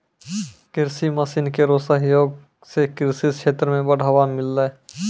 कृषि मसीन केरो सहयोग सें कृषि क्षेत्र मे बढ़ावा मिललै